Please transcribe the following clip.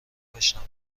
بشنوه